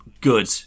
Good